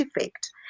effect